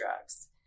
drugs